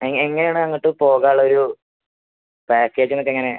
എങ്ങനെയാണ് അങ്ങോട്ട് പോകാനുള്ള ഒരു പാക്കേജ് നമുക്ക് എങ്ങനെ